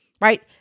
right